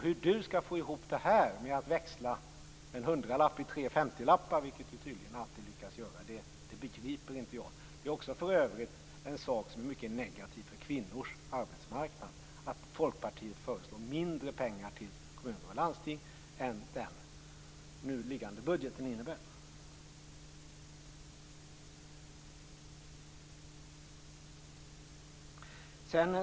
Hur han skall lyckas växla en hundralapp i tre femtiolappar, vilket han tydligen alltid gör, begriper inte jag. Det är för övrigt också en sak som är mycket negativ för kvinnors arbetsmarknad att Folkpartiet föreslår mindre pengar till kommuner och landsting än den nu liggande budgeten innebär.